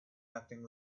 nothing